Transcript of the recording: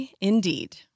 indeed